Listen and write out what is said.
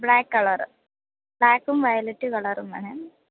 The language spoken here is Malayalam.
ബ്ലാക്ക് കളറ് ബ്ലാക്കും വയിലെറ്റ് കളറും വേണം